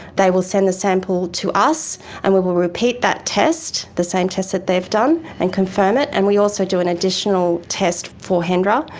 they will send the sample to us and we will repeat that test, the same test that they've done, and confirm it. and we also do an additional test for hendra.